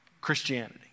Christianity